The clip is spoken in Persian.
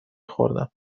خوردم